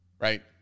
right